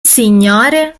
signore